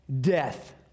DEATH